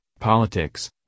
Politics